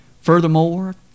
Furthermore